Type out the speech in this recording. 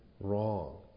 wrong